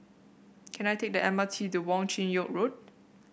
can I take the M R T to Wong Chin Yoke Road